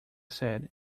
said